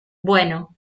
bueno